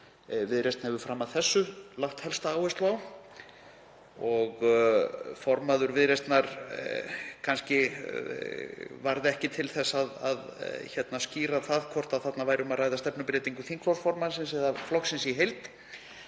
Viðreisn hefur fram að þessu lagt helsta áherslu á. Formaður Viðreisnar varð ekki til þess að skýra það hvort þarna væri um að ræða stefnubreytingu þingflokksformannsins eða flokksins í heild